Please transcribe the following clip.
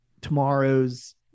tomorrow's